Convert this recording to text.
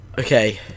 Okay